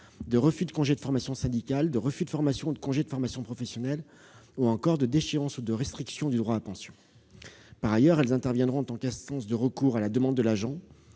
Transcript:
de refus de congé de formation syndicale, de refus de formation, de congé de formation professionnelle, ou encore en cas de déchéance ou de restriction du droit à pension. Par ailleurs, elles interviendront en tant qu'instance de recours à la demande de l'agent